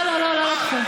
לא, לא, לא, לא לקחו.